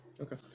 Okay